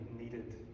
needed